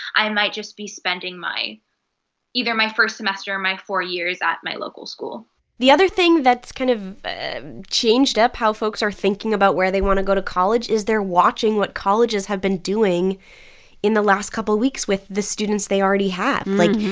i might just be spending my either my first semester or my four years at my local school the other thing that's kind of changed up how folks are thinking about where they want to go to college is they're watching what colleges have been doing in the last couple of weeks with the students they already have. like,